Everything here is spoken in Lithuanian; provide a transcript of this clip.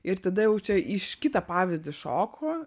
ir tada jau čia iš kitą pavyzdį šoku